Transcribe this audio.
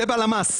זה מהלמ"ס